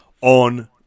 on